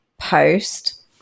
post